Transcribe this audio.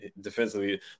defensively –